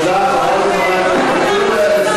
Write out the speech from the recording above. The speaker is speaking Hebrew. תודה, חברות וחברי הכנסת.